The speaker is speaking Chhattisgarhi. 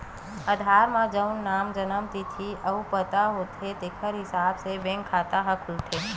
आधार म जउन नांव, जनम तिथि अउ पता होथे तेखर हिसाब ले बेंक खाता ह खुलथे